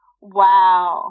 Wow